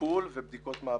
טיפול ובדיקות מעבדה.